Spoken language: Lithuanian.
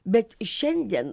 bet šiandien